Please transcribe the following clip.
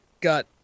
got